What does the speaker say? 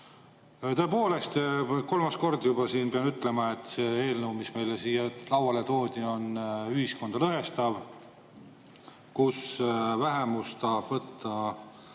Tõepoolest, kolmas kord juba pean siin ütlema, et see eelnõu, mis meile siia lauale toodi, on ühiskonda lõhestav. Vähemus tahab võtta